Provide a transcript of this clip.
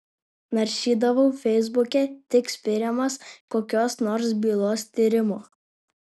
naršydavau feisbuke tik spiriamas kokios nors bylos tyrimo